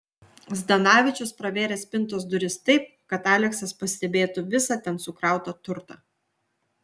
zdanavičius pravėrė spintos duris taip kad aleksas pastebėtų visą ten sukrautą turtą